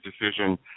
decision